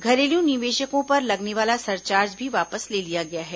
घरेलू निवेशकों पर लगने वाला सरचार्ज भी वापस ले लिया गया है